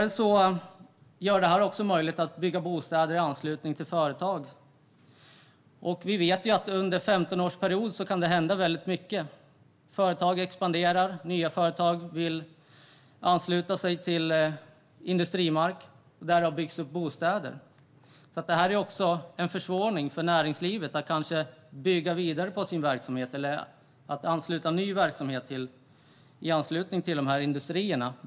Detta gör det också möjligt att bygga bostäder i anslutning till företag. Vi vet att det kan hända väldigt mycket under en 15-årsperiod - företag expanderar och nya företag vill ha tillgång till industrimark, men där har man byggt bostäder. Detta försvårar alltså även för näringslivet när det gäller att bygga vidare på verksamheten eller att etablera ny verksamhet i anslutning till industrier.